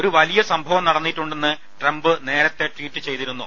ഒരു വലിയ സംഭവം നടന്നിട്ടുണ്ടെന്ന് ട്രംപ് നേരത്തെ ട്വീറ്റ് ചെയ്തിരുന്നു